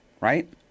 right